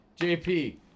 JP